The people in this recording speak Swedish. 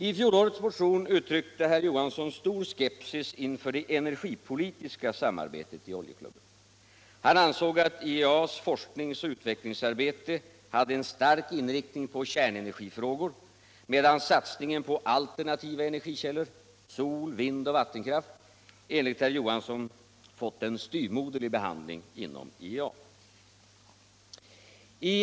I fjolårets motion uttryckte herr Johansson stor skepsis inför det energipolitiska samarbetet i Oljeklubben. Han ansåg att IEA:s forskningsoch utvecklingsarbete hade en stark inriktning på kärnenergifrågor, medan satsningen på alternativa energikällor, sol-, vindoch vattenkraft, enligt herr Johansson fått en styvmoderlig behandling inom IEA.